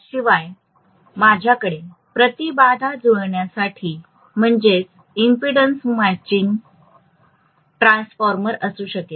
त्याशिवाय माझ्याकडे प्रतिबाधा जुळण्यासाठी ट्रान्सफॉर्मर असू शकेल